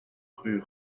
rue